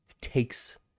takes